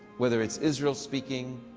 whether it's israel speaking,